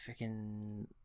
freaking